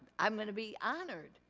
i'm gonna be honored.